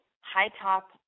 high-top